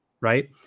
right